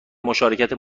مشارکت